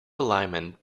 alignment